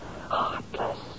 Heartless